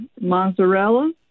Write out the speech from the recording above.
Mozzarella